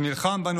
שנלחם בנו